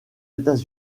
états